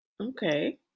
Okay